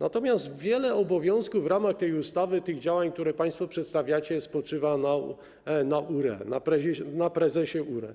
natomiast wiele obowiązków w ramach tej ustawy, tych działań, które państwo przedstawiacie, spoczywa na URE, na prezesie URE.